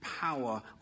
power